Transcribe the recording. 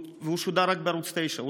והוא שודר רק בערוץ 9,